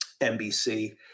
NBC